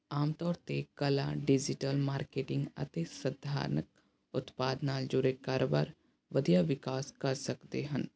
ਆਮ ਤੌਰ 'ਤੇ ਕਲਾ ਡਿਜ਼ੀਟਲ ਮਾਰਕੀਟਿੰਗ ਅਤੇ ਸਧਾਰਨ ਉਤਪਾਦ ਨਾਲ ਜੁੜੇ ਕਾਰੋਬਾਰ ਵਧੀਆ ਵਿਕਾਸ ਕਰ ਸਕਦੇ ਹਨ